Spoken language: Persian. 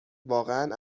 واقعا